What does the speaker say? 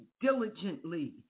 diligently